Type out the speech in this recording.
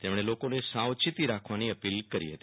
તેમણે લોકોને સાવચેતી રાખવા પીલ કરી હતી